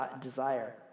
desire